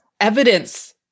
evidence